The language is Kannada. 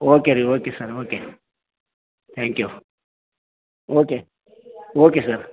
ಓಕೆ ರೀ okay sir okay thank you okay okay sir